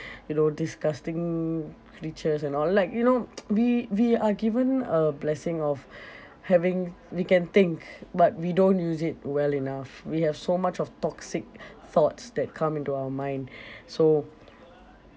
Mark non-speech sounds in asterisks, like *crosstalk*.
you know disgusting creatures and all like you know *noise* we we are given a blessing of *breath* having we can think but we don't use it well enough we have so much of toxic thoughts that come into our mind *breath* so